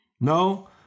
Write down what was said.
No